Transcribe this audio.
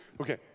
Okay